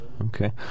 Okay